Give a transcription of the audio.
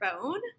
phone